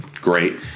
Great